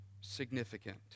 significant